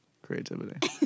Creativity